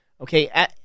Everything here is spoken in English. Okay